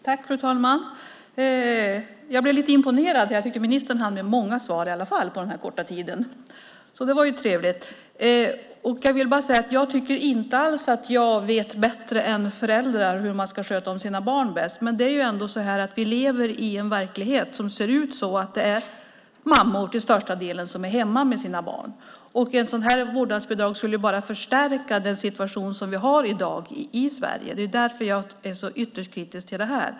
Fru talman! Jag blev lite imponerad. Jag tycker att ministern hann med många svar på den här korta tiden. Det var trevligt. Jag vill bara säga att jag inte alls tycker att jag vet bättre än föräldrar hur man ska sköta om sina barn. Men vi lever ändå i en verklighet där det till största delen är mammor som är hemma med sina barn. Ett sådant här vårdnadsbidrag skulle ju bara förstärka den situation som vi har i dag i Sverige. Det är därför jag är ytterst kritisk till det här.